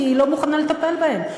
כי היא לא מוכנה לטפל בהם,